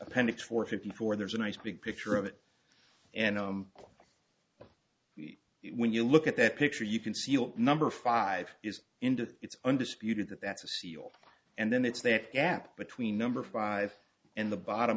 appendix four fifty four there's a nice big picture of it and when you look at that picture you can seal number five is into it's undisputed that that's a seal and then it's that gap between number five and the bottom